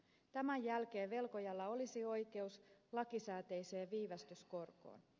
tämän jälkeen velkojalla olisi oikeus lakisääteiseen viivästyskorkoon